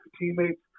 teammates